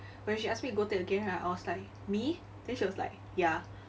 when she asked me to go take again right I was like me then she was like ya